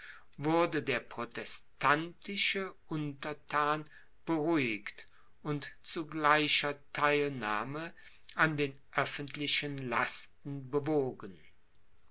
wurde der protestantische unterthan beruhigt und zu gleicher theilnahme an den öffentlichen lasten bewogen